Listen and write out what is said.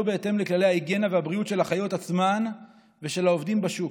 בהתאם לכללי ההיגיינה והבריאות של החיות עצמן ושל העובדים בשוק.